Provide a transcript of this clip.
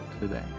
today